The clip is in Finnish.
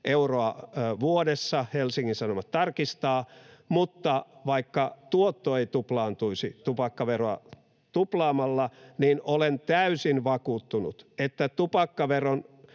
euroa vuodessa — Helsingin Sanomat tarkistaa. Mutta vaikka tuotto ei tuplaantuisi tupakkaveroa tuplaamalla, niin olen täysin vakuuttunut, että tupakkaveron